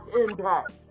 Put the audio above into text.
Impact